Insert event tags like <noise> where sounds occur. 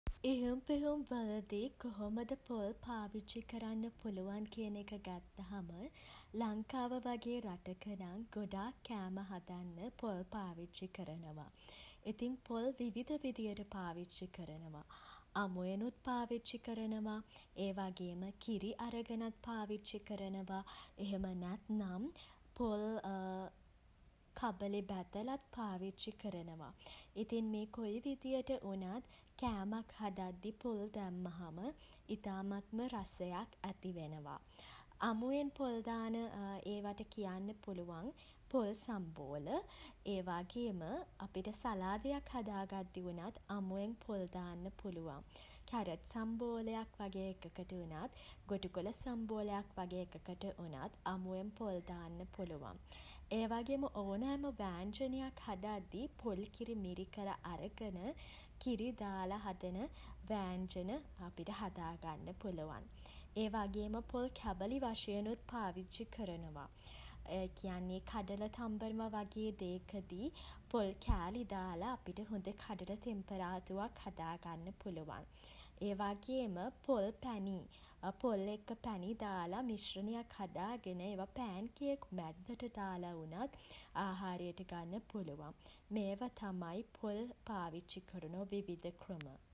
ඉහුම් පිහුම් වලදී කොහොමද <hesitation> පොල් පාවිච්චි කරන්න පුළුවන් කියන එක ගත්තහම <hesitation> ලංකාව වගේ රටක නම් <hesitation> ගොඩක් කෑම හදන්න පොල් පාවිච්චි කරනවා. ඉතින් පොල් විවිධ විදිහට පාවිච්චි කරනවා. අමුවෙනුත් පාවිච්චි කරනවා. ඒ වගේම කිරි අරගෙනත් පාවිච්චි කරනවා. එහෙම නැත්නම් පොල් <hesitation> කබලේ බැදලත් පාවිච්චි කරනවා. ඉතින් මේ කොයි විදියට වුණත් <hesitation> කෑමක් හදද්දී පොල් දැම්මහම ඉතාමත්ම රසයක් ඇති වෙනවා. අමුවෙන් පොල් දාන <hesitation> ඒවට කියන්න පුළුවන් <hesitation> පොල් සම්බෝල <hesitation> ඒ වගේම අපිට සලාදයක් හදා ගද්දී වුණත් <hesitation> අමුවෙන් පොල් දාන්න පුළුවන්. කැරට් සම්බෝලයක් වගේ එකකට වුණත් <hesitation> ගොටුකොළ සම්බෝලයක් වගේ එකකට වුණත් <hesitation> අමුවෙන් පොල් දාන්න පුළුවන්. ඒ වගේම ඕනෑම වෑංජනයක් හදද්දී පොල් කිරි මිරිකල අරගෙන <hesitation> කිරි දාල හදන <hesitation> වෑංජන අපිට හදා ගන්න පුළුවන්. ඒ වගේම පොල් කැබලි වශයෙනුත් පාවිච්චි කරනවා. ඒ කියන්නේ <hesitation> කඩල තම්බනවා වගේ දේකදී <hesitation> පොල් කෑලි දාල අපිට හොඳ කඩල තෙම්පරාදුවක් හදාගන්න පුළුවන්. ඒ වගේම පොල් පැණි <hesitation> පොල් එක්ක පැණි දාලා මිශ්රණයක් හදාගෙන <hesitation> ඒවා පෑන් කේක් මැද්දට දාලා වුණත් <hesitation> ආහාරයට ගන්න පුලුවන්. මේවා තමයි පොල් පාවිච්චි කරන විවිධ ක්‍රම.